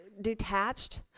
detached